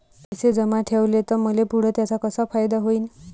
पैसे जमा ठेवले त मले पुढं त्याचा कसा फायदा होईन?